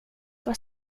var